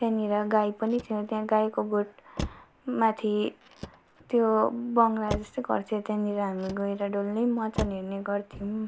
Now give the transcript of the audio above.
त्यहाँनिर गाई पनि थियो गाईको गोठ माथि त्यो बङ्गला जस्तै घर थियो त्यहाँनिर हामी गएर डुल्ने मचान हेर्ने गर्थौँ